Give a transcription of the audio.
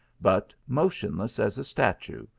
but motionless as a statue,